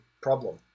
problem